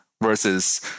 versus